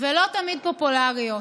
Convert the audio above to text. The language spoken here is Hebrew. ולא תמיד פופולריות,